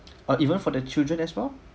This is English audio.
ah even for their children as well